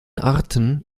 arten